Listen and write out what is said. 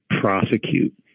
prosecute